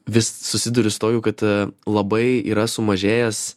vis susiduriu su tokiu kad labai yra sumažėjęs